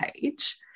page